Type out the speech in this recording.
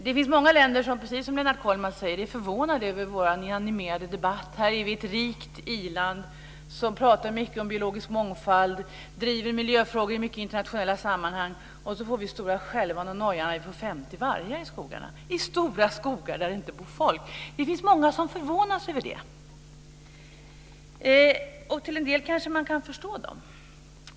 Det finns många länder som precis som Lennart Kollmats säger är förvånade över att vår animerade debatt. Sverige är ett rikt i-land där vi pratar mycket om biologisk mångfald, och vi driver miljöfrågor i många internationella sammanhang. Sedan får vi stora skälvan och nojan när vi får 50 vargar i skogarna, och det i stora skogar där det inte bor människor! Det finns många som förvånas över det. Till en del kanske man kan förstå dem.